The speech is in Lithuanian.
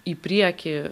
į priekį